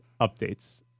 updates